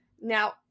Now